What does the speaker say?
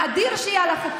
האדיר שהיה לכם,